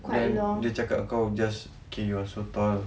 then dia cakap kau just K you're so tall